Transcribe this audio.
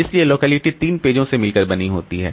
इसलिए लोकेलिटी तीन पेजों से मिलकर बनी होती है